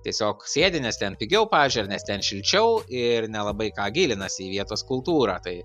tiesiog sėdi nes ten pigiau pavyžiui ar nes ten šilčiau ir nelabai ką gilinasi į vietos kultūrą tai